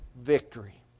victory